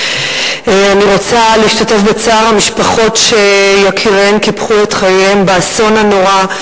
אני רוצה להשתתף בצער המשפחות שיקיריהן קיפחו את חייהם באסון הנורא,